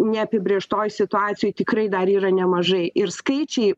neapibrėžtoj situacijoj tikrai dar yra nemažai ir skaičiai